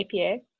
APA